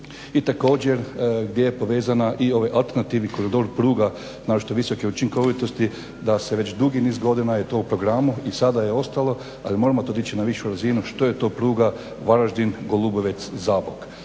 I također gdje je povezana i ovaj alternativi koridor pruga naročito visoke učinkovitosti da se već dugi niz godina je to u programu i sada je ostalo ali moramo to dići na višu razinu što je to pruga Varaždin-Golubovec-Zabok.